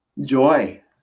Joy